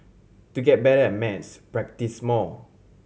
to get better at maths practise more